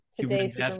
today's